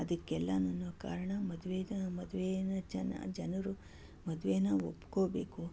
ಅದಕ್ಕೆಲ್ಲನೂ ಕಾರಣ ಮದುವೆಯಿದ ಮದುವೆಯಿಂದ ಜನ ಜನರು ಮದುವೇನ ಒಪ್ಕೊಳ್ಬೇಕು